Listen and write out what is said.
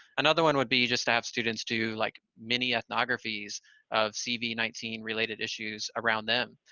another one would be just to have students do, like, mini ethnographies of cv nineteen related issues around them.